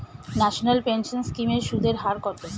National pension scheme এর সুদের হার কত?